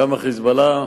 גם ה"חיזבאללה"